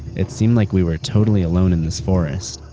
it seemed like we were totally alone in this forest.